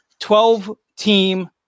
12-team